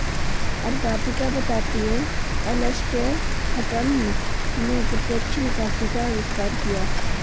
अध्यापिका बताती हैं एलेसटेयर हटंन ने प्रत्यक्ष निकासी का अविष्कार किया